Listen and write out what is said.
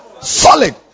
Solid